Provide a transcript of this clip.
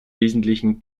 wesentlichen